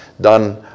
done